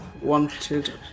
wanted